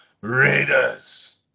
Raiders